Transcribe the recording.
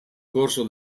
corso